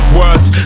words